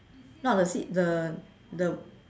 not the seat the the